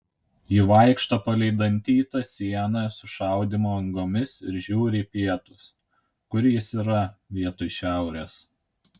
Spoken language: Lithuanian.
ji vaikšto palei dantytą sieną su šaudymo angomis ir žiūri į pietus kur jis yra vietoj šiaurės